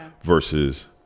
versus